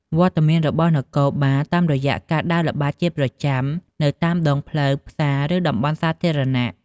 វត្តមានរបស់នគរបាលតាមរយៈការដើរល្បាតជាប្រចាំ នៅតាមដងផ្លូវ ផ្សារ ឬតំបន់សាធារណៈ។